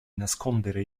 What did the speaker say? nascondere